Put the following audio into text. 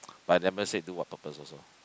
but never said do what purpose also